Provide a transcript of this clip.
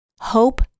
Hope